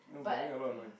no but you make a lot of noise